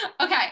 Okay